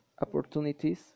opportunities